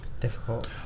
Difficult